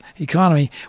economy